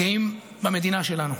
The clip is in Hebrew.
גאים במדינה שלנו,